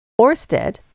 Orsted